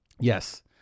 yes